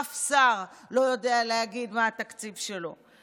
אף שר לא יודע להגיד מה התקציב שלו.